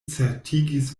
certigis